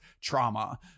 trauma